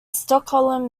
stockholm